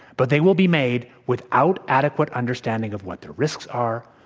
but they will be made without adequate understanding of what the risks are,